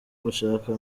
gushaka